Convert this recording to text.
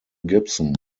gibson